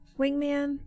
Wingman